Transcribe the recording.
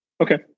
Okay